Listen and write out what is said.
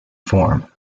form